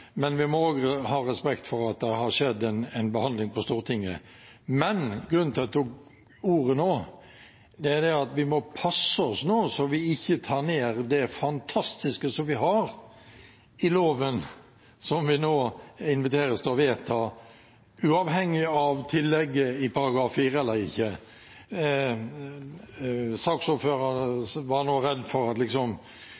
Men vi må også ha respekt for at det har skjedd en behandling på Stortinget. Men grunnen til at jeg tok ordet, er at vi må passe oss nå så vi ikke tar ned det fantastiske som vi har i loven som vi nå inviteres til å vedta, uavhengig av tillegget i § 4 eller ikke.